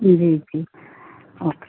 जी जी ओके